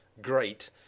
great